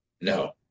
No